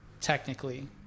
technically